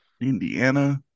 Indiana